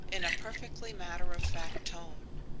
in a perfectly matter-of-fact tone,